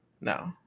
no